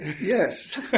Yes